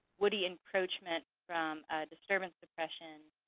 woody encroachment from disturbance suppression,